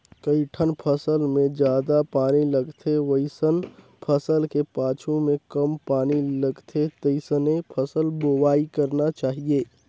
कइठन फसल मे जादा पानी लगथे वइसन फसल के पाछू में कम पानी लगथे तइसने फसल बोवाई करना चाहीये